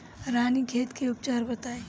रानीखेत के उपचार बताई?